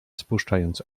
spuszczając